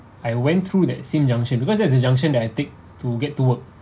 I went through that same junction because that's a junction that I take to get to work